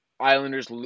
Islanders –